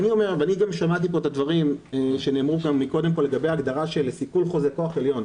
שמעתי את הדברים שנאמרו קודם לגבי ההגדרה של כוח עליון.